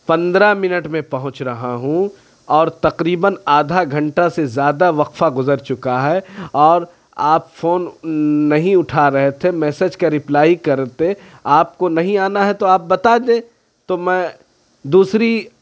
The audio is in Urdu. پندرہ منٹ میں پہنچ رہا ہوں اور تقریباً آدھا گھنٹہ سے زیادہ وقفہ گزر چکا ہے اور آپ فون نہیں اٹھا رہے تھے میسیج کا رپلائی کرتے آپ کو نہیں آنا ہے تو آپ بتا دیں تو میں دوسری